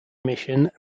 mission